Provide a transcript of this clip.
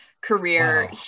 career